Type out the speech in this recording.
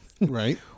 right